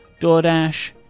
DoorDash